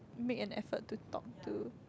make an effort to talk to